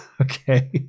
Okay